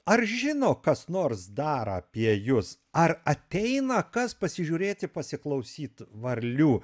ar žino kas nors dar apie jus ar ateina kas pasižiūrėti pasiklausyt varlių